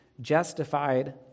justified